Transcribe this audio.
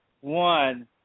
one